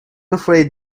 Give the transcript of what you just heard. afraid